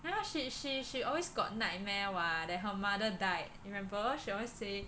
ya she she she always got nightmare [what] that her mother died you remember she always say